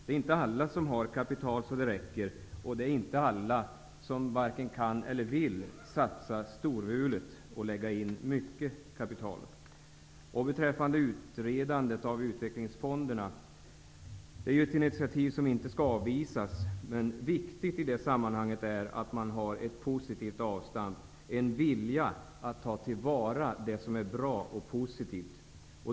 Det är inte alla som har ett tillräckligt stort kapital, och det är inte alla som kan eller vill satsa storvulet och gå in med ett stort kapital. Beträffande utredandet av utvecklingsfonderna vill jag säga att det är ett initiativ som inte skall avvisas. Viktigt i det sammanhanget är det positiva avstampet, viljan att ta till vara det som är bra och positivt.